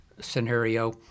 scenario